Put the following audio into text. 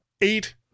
eight